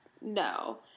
No